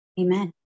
Amen